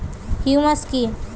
Humus কি?